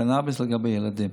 קנביס לילדים.